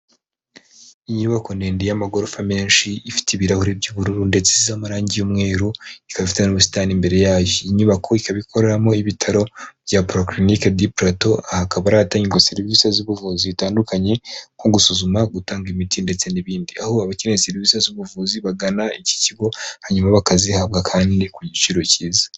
Inyubako ndende y'amagorofa menshi, ifite ibirahuri by'ubururu, ndetse isize amarangi y'umweru, ikaba ifite n'ubusitani imbere yayo. Inyubako ikaba ikoreramo ibitaro bya polycliniquu du plateau, aha akaba ari ahatangirwa serivisi z'ubuvuzi zitandukanye, nko gusuzuma, gutanga imiti ndetse n'ibindi. Aho abakeneye serivisi z'ubuvuzi bagana iki kigo hanyuma bakazihabwa kandi ku giciro cyiza.